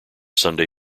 sunday